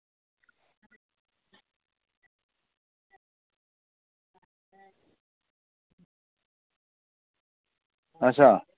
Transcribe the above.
अच्छा